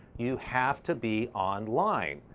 you have to be online.